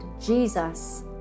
Jesus